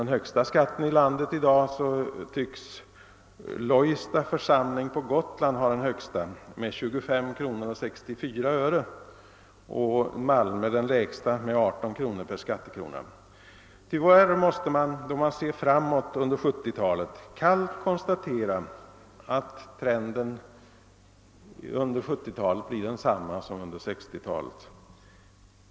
Den högsta skatten i dag tycks Lojsta församling på Gotland ha med 25:64 kr. och Malmö den lägsta med 18 kr. Ser man framåt på 1970-talet måste man tyvärr kallt konstatera att trenden är densamma som under 1960-talet.